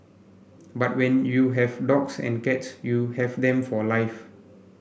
but when you have dogs and cats you have them for life